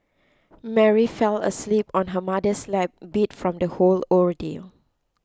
Mary fell asleep on her mother's lap beat from the whole ordeal